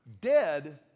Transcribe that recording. Dead